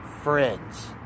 friends